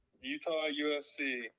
Utah-USC